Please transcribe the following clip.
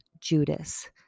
Judas